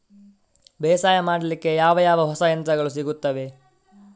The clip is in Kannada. ಬೇಸಾಯ ಮಾಡಲಿಕ್ಕೆ ಯಾವ ಯಾವ ಹೊಸ ಯಂತ್ರಗಳು ಸಿಗುತ್ತವೆ?